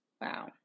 Wow